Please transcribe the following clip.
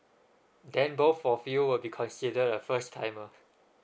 then both of you will be considered a first timer